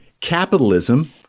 capitalism